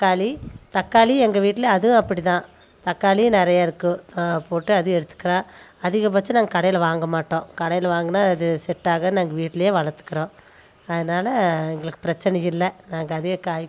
தக்காளி தக்காளி எங்கள் வீட்டில் அதுவும் அப்படி தான் தக்காளியும் நிறையா இருக்கும் போட்டு அதையும் எடுத்துக்கலாம் அதிக பட்சம் நாங்கள் கடையில் வாங்கமாட்டோம் கடையில் வாங்கினா அது செட்டாகாது அதை நாங்கள் வீட்டுலேயே வளர்த்துக்கிறோம் அதனால் எங்களுக்கு பிரச்சனயில்லை நாங்கள் அதே காய்